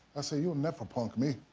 i said, you'll never punk me.